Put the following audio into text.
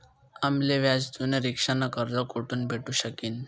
आम्ले व्याजथून रिक्षा न कर्ज कोठून भेटू शकीन